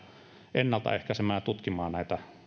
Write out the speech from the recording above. ennaltaehkäisemään ja tutkimaan näitä